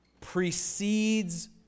precedes